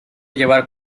llevar